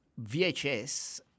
VHS